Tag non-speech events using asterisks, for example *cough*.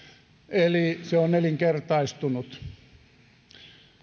eli se on nelinkertaistunut *unintelligible*